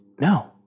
No